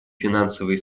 финансовые